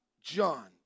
John